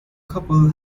couple